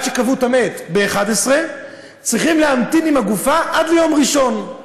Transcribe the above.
עד שיקברו את המת צריכים להמתין עם הגופה עד יום ראשון,